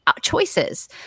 choices